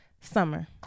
summer